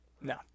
No